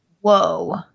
Whoa